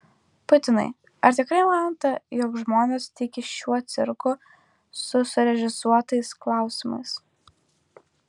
putinai ar tikrai manote jog žmonės tiki šiuo cirku su surežisuotais klausimais